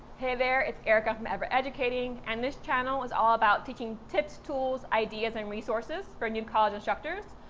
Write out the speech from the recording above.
hey there, it's erika from ever educating, and this channel is all about teaching tips, tools, ideas and resources for new college instructors.